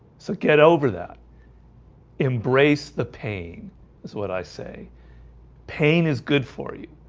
so get over that embrace the pain is what i say pain is good for you.